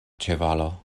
ĉevalo